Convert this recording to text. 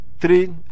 three